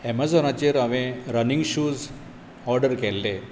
एमजॉनाचेर हांवें running shoes order केल्ले